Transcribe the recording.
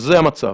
זה המצב.